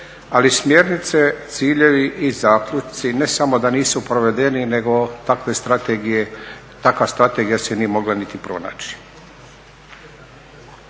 ali smjernice, ciljevi i zaključci ne samo da nisu provedeni nego takva strategija se nije mogla niti pronaći.